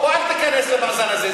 אל תיכנס למאזן הזה.